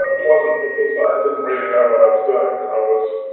wasn't because i didn't really know what i was doing. i was